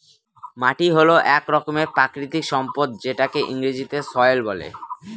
মাটি হল এক রকমের প্রাকৃতিক সম্পদ যেটাকে ইংরেজিতে সয়েল বলে